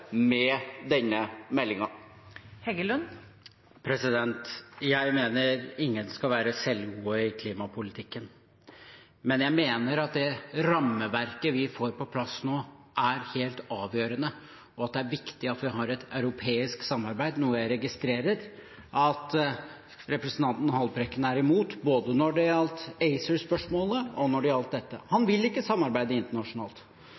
med denne meldingen? Jeg mener ingen skal være selvgode i klimapolitikken. Men jeg mener at det rammeverket vi får på plass nå, er helt avgjørende, og at det er viktig at vi har et europeisk samarbeid, noe jeg registrerer at representanten Haltbrekken er imot, både når det gjelder ACER-spørsmålet, og når det gjelder dette. Han vil ikke samarbeide internasjonalt.